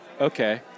okay